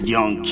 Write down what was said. Young